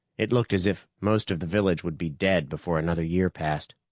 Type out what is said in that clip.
it looked as if most of the village would be dead before another year passed.